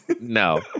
No